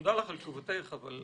תודה לך על תשובתך, אבל